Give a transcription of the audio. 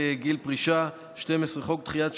ככל שהוא נוגע לביצוע סעיף 2 לחוק זה,